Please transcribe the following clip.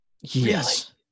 Yes